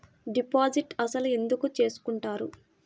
Deposit అసలు ఎందుకు చేసుకుంటారు?